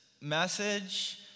message